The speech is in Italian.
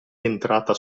entrata